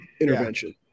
intervention